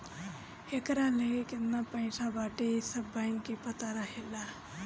एकरा लगे केतना पईसा बाटे इ सब बैंक के पता रहेला